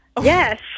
Yes